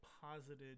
posited